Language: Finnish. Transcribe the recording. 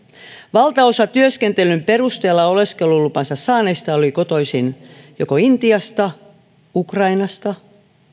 valtaosa työskentelyn perusteella oleskelulupansa saaneista oli kotoisin joko intiasta ukrainasta